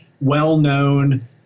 well-known